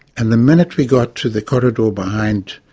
and the minute we got to the corridor behind,